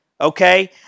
okay